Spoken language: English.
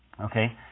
Okay